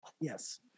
Yes